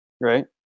Right